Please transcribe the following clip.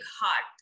heart